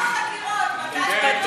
מה עם החקירות?